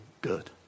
good